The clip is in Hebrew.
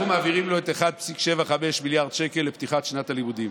אנחנו מעבירים לו 1.75 מיליארד שקל לפתיחת שנת הלימודים.